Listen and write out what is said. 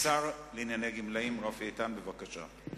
השר לענייני גמלאים רפי איתן, בבקשה.